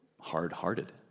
hard-hearted